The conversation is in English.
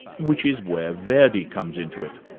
which is where verdi comes into it.